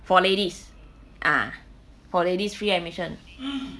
for ladies ah for ladies free admission